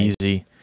easy